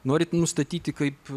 norit nustatyti kaip